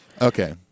Okay